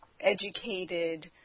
educated